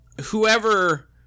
Whoever